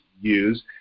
use